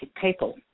people